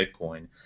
Bitcoin